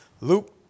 Luke